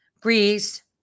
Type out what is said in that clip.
Greece